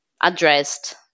addressed